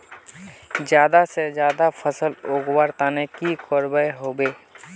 ज्यादा से ज्यादा फसल उगवार तने की की करबय होबे?